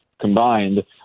combined